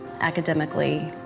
academically